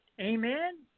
Amen